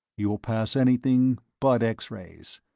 you'll pass anything but x-rays.